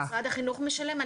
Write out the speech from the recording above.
משרד החינוך משלם.